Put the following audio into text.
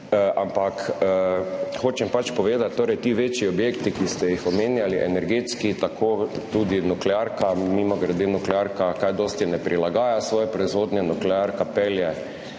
Ampak hočem pač povedati, torej ti večji energetski objekti, ki ste jih omenjali, tako tudi nuklearka, mimogrede, nuklearka kaj dosti ne prilagaja svoje proizvodnje, nuklearka pelje